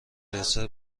دسر